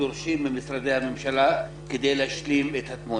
דורשים ממשרדי הממשלה כדי להשלים את התמונה.